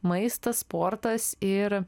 maistas sportas ir